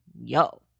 yo